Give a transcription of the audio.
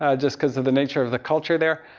ah just because of the nature of the culture there.